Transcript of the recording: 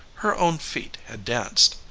her own feet had danced.